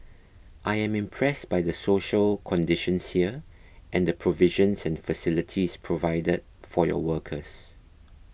I am impressed by the social conditions here and the provisions and facilities provided for your workers